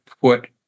put